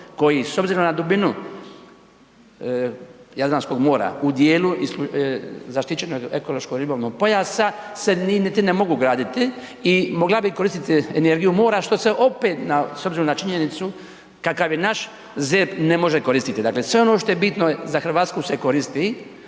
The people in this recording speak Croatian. koji s obzirom na dubinu Jadranskog mora u djelu zaštićenog-ekološkog ribolovnog pojasa se niti ne mogu graditi i mogla bi koristiti energiju mora što se opet s obzirom na činjenicu kakav je naš ZERP, ne može koristiti. Dakle sve ono što je bitno za Hrvatsku se koristi